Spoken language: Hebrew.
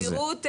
הסבירות,